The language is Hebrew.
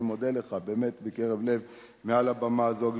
אני מודה לך, באמת, מקרב לב מעל הבמה הזאת.